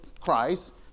Christ